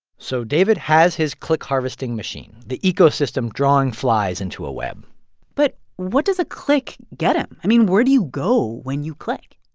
so david has his click-harvesting machine, the ecosystem drawing flies into a web but what does a click get him? i mean, where do you go when you click?